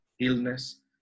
illness